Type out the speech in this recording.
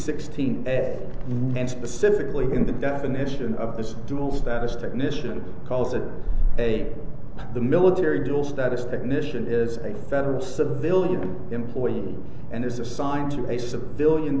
sixteen it and specifically in the definition of this dual status technician calls it a the military dual status technician is a federal civilian employee and is assigned to a civilian